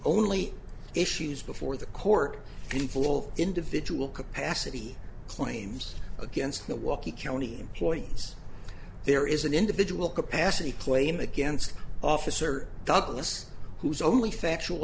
only issues before the court can full individual capacity claims against the walky county employees there is an individual capacity claim against officer douglas whose only